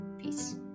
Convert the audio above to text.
Peace